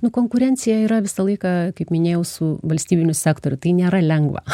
nu konkurencija yra visą laiką kaip minėjau su valstybiniu sektoriu tai nėra lengva